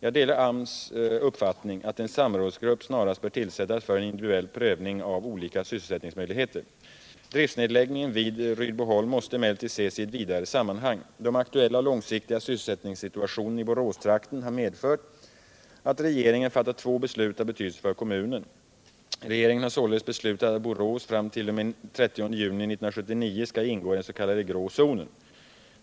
Jag delar AMS uppfattning att en samrådsgrupp snarast bör tillsättas för en individuell prövning av olika sysselsättningsmöjligheter. Driftnedläggningen vid Rydboholm måste emellertid ses i ett vidare sammanhang. Den aktuella och långsiktiga sysselsättningssituationen i Boråstrakten har medfört att regeringen fattat två beslut av betydelse för kommunen. Regeringen har således beslutat att Borås fram t.o.m. den 30 juni 1979 skall ingå i den s.k. grå zonen.